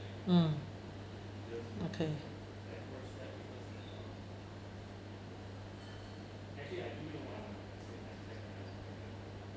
mm okay